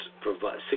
provide